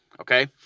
okay